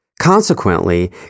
Consequently